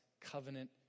covenant